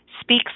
speaks